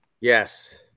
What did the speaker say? Yes